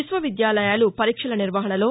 విశ్వవిద్యాలయాలు పరీక్షల నిర్వహణలో